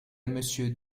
monsieur